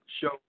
show